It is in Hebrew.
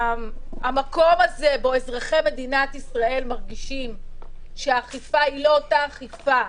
המקום הזה שבו אזרחי מדינת ישראל מרגישים שהאכיפה לא אותה אכיפה,